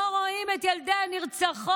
לא רואים את ילדי הנרצחות,